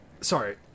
Sorry